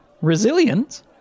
resilient